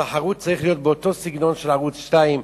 התחרות צריכה להיות באותו סגנון של ערוץ-2,